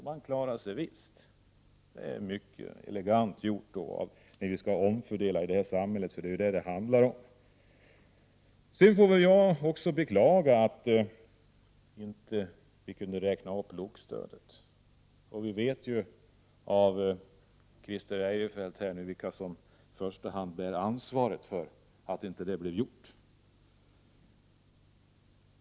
Man klarar sig visst! Det är mycket elegant gjort, när vi skall omfördela i samhället, för det är ju vad det handlar om. Sedan får jag väl också beklaga att man inte kunnat räkna upp LOK stödet. Vi vet ju efter Christer Eirefelts anförande här vilka som i första hand bär ansvaret för att inte det blev gjort.